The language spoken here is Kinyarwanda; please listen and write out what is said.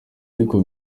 ariko